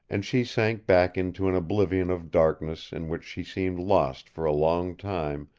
and she sank back into an oblivion of darkness in which she seemed lost for a long time,